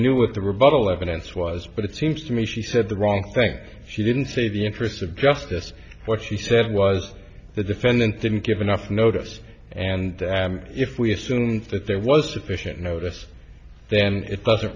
knew what the rebuttal evidence was but it seems to me she said the wrong i think she didn't say the interest of justice what she said was the defendant didn't give enough notice and if we assume that there was sufficient notice then it doesn't